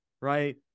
right